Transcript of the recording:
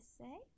say